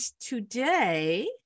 today